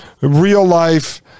real-life